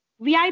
VIP